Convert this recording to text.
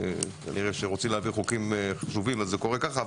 כנראה, כשרוצים להעביר חוקים חשובים זה קורה ככה.